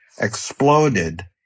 exploded